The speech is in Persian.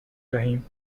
دهیم